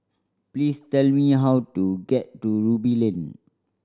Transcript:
please tell me how to get to Ruby Lane